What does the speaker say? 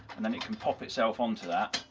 and then it can pop itself onto that.